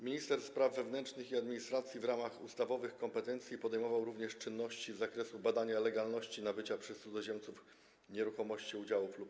Minister spraw wewnętrznych i administracji w ramach ustawowych kompetencji podejmował również czynności z zakresu badania legalności nabycia przez cudzoziemców nieruchomości, udziałów lub